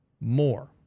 more